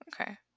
Okay